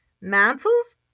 mantles